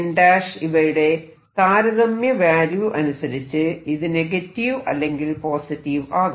n n' ഇവയുടെ താരതമ്യ value അനുസരിച്ച് ഇത് നെഗറ്റീവ് അല്ലെങ്കിൽ പോസിറ്റീവ് ആകാം